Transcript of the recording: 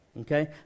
okay